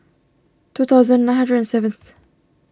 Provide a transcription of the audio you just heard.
two thousand nine hundred seventh